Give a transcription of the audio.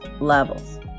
levels